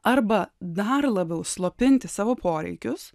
arba dar labiau slopinti savo poreikius